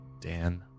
Dan